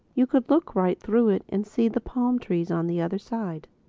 you could look right through it and see the palm-trees on the other side.